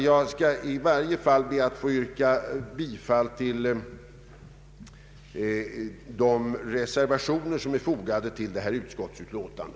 Jag skall i varje fall be att få yrka bifall till de reservationer som är fogade till utskottets utlåtande.